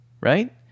right